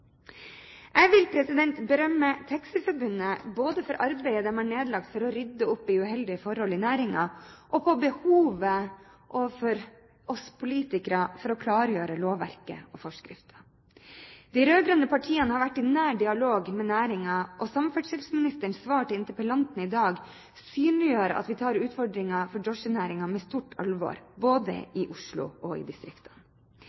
Jeg vil berømme Taxiforbundet både for arbeidet de har nedlagt for å rydde opp i uheldige forhold i næringen, og for å gjøre oss politikere oppmerksom på behovet for å klargjøre lovverket og forskriftene. De rød-grønne partiene har vært i nær dialog med næringen, og samferdselsministerens svar til interpellanten i dag synliggjør at vi ser på utfordringene for drosjenæringen med stort alvor, både